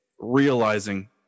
realizing